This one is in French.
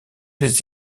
les